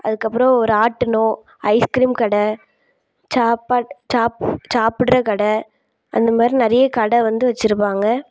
அதுக்கு அப்புறம் ராட்டினம் ஐஸ் க்ரீம் கடை சாப்பாட்டு சா சாப்பிட்ற கடை அந்த மாதிரி நிறைய கடை வந்து வச்சிருப்பாங்க